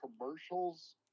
commercials